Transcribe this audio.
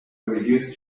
reduced